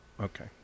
Okay